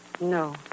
No